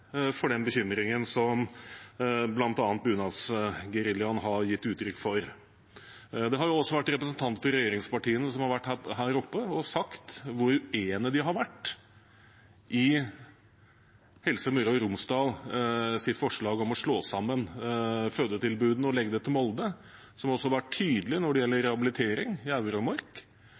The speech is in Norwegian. for den bekymringen som bl.a. bunadsgeriljaen har gitt uttrykk for. Det har også vært representanter for regjeringspartiene som har vært her oppe og sagt hvor uenige de har vært i Helse Møre og Romsdals forslag om å slå sammen fødetilbudene og legge det til Molde, og som også har vært tydelige når det gjelder rehabilitering